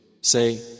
Say